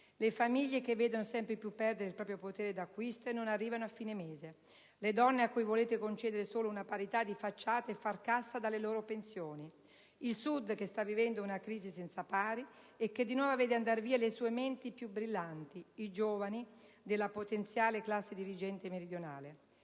le famiglie che vedono sempre più perdere il proprio potere d'acquisto e non arrivano a fine mese, le donne a cui volete concedere solo una parità di facciata e far cassa dalle loro pensioni, il Sud, che sta vivendo una crisi senza pari e che di nuovo vede andar via le sue menti più brillanti, i giovani della potenziale classe dirigente meridionale.